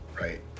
right